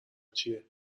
چیه